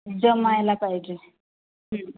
जमायला पाहिजे